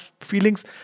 feelings